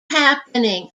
happening